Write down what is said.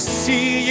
see